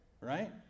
right